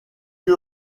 que